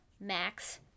Max